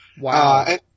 Wow